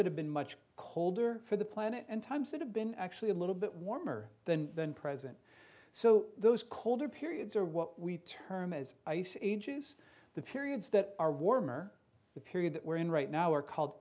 that have been much colder for the planet and times that have been actually a little bit warmer than than present so those colder periods are what we term as ice ages the periods that are warmer the period that we're in right now are called